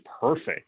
perfect